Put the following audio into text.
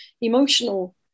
emotional